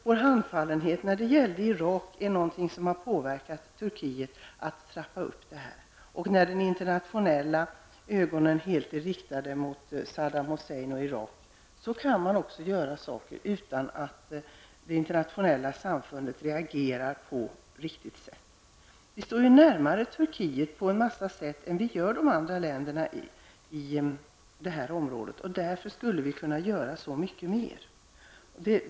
Vår handfallenhet när det gällde Irak tror jag har påverkat Turkiet att trappa upp. När blickarna internationellt helt är riktade mot Saddam Hussein och Irak kan man göra saker i Turkiet utan att det internationella samfundet reagerar på ett riktigt sätt. På en massa sätt står vi närmare Turkiet än de andra länderna i det här området. Därför skulle vi kunna göra så mycket mer.